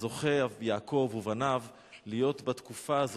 זוכים יעקב ובניו להיות בתקופה של